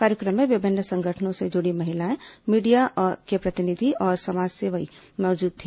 कार्यक्रम में विभिन्न संगठनों से जुड़ी महिलाएं मीडिया के प्रतिनिधि और समाजसेवी मौजूद थे